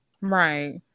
Right